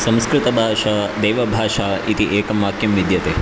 संस्कृतभाषा देवभाषा इति एकं वाक्यं विद्यते